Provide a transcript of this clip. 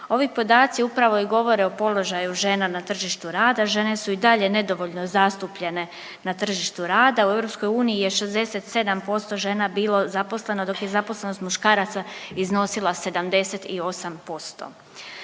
Ovi podaci upravo i govore o položaju žena na tržištu rada, žene su i dalje nedovoljno zastupljene na tržištu rada, u EU je 67% žena bilo zaposleno, dok je zaposlenost muškaraca iznosila 78%.